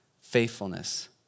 faithfulness